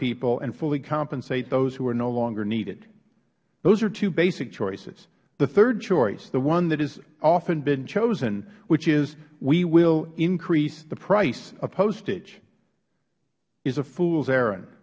people and fully compensate those who are no longer needed those are two basic choices the third choice the one that has often been chosen which is we will increase the price of postage is a fools